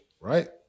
right